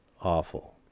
awful